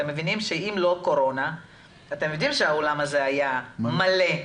אתם מבינים שאלמלא הקורונה אתם יודעים שהאולם הזה היה מלא,